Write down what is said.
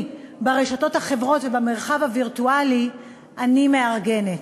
ברשתות החברתיות ובמרחב הווירטואלי אני מארגנת,